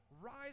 rise